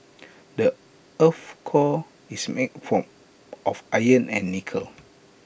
the Earth's core is made for of iron and nickel